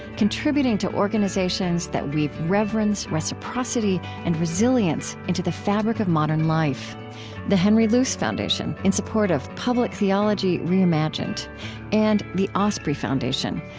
contributing to organizations that weave reverence, reciprocity, and resilience into the fabric of modern life the henry luce foundation, in support of public theology reimagined and the osprey foundation,